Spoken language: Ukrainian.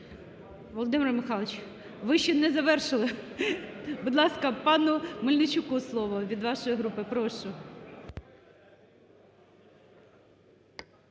Володимир Михайлович, ви ще не завершили. Будь ласка, пану Мельничуку слово від вашої групи. Прошу.